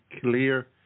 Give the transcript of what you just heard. clear